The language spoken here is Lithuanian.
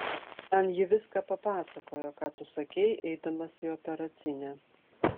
man ji viską papasakojo ką tu sakei eidamas į operacinę